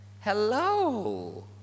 Hello